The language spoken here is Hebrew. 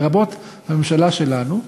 לרבות הממשלה שלנו,